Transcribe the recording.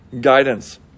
guidance